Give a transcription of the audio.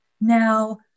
Now